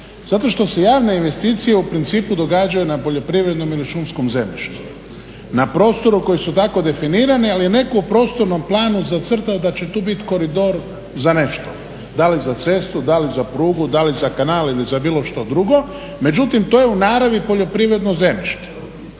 Zato što se javne investicije u principu događaju na poljoprivrednom ili šumskom zemljištu. Na prostoru koji su tako definirani, ali je netko u prostornom planu zacrtao da će tu biti koridor za nešto, da li za cestu, da li za prugu, da li za kanal ili za bilo što drugo. Međutim, to je u naravni poljoprivredno zemljište